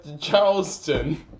Charleston